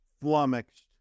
flummoxed